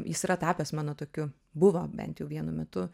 jis yra tapęs mano tokiu buvo bent jau vienu metu